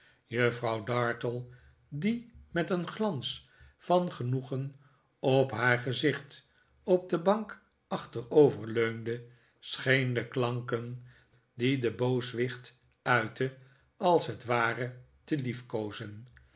juffrouw dartle die met een glans van genoegen op haar gezicht op de bank achteroverleunde scheen de klanken die de booswicht uitte als het ware te